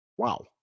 Wow